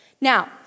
Now